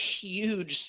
huge